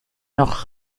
noch